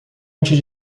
antes